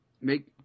make